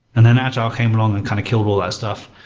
and then agile came along and kind of killed all that stuff.